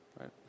right